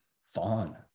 fun